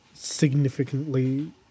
significantly